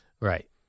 Right